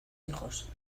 hijos